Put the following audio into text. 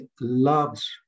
loves